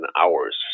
hours